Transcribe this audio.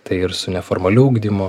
tai ir su neformaliu ugdymu